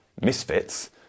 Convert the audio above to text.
misfits